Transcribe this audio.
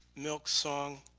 milk song.